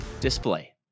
Display